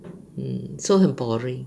so 很 boring